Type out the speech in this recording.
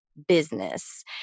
business